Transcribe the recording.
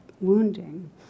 wounding